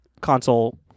console